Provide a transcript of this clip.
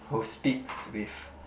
who speaks with